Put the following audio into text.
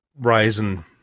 Ryzen